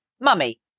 Mummy